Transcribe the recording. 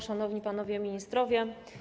Szanowni Panowie Ministrowie!